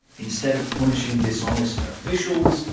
instead of punishing dishonest officials,